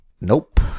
Nope